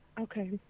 Okay